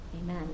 Amen